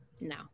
No